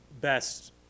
best